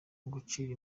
gucira